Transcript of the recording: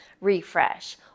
refresh